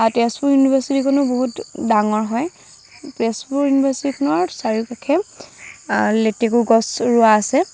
তেজপুৰ ইউনিভাৰ্চিটিখনো বহুত ডাঙৰ হয় তেজপুৰ ইউনিভাৰ্চিটিখনৰ চাৰিওকাষে লেটেকু গছ ৰোৱা আছে